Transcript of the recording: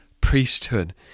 priesthood